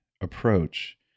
approach